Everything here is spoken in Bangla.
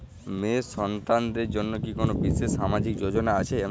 মেয়ে সন্তানদের জন্য কি কোন বিশেষ সামাজিক যোজনা আছে?